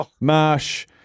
Marsh